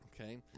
Okay